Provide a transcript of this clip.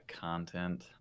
content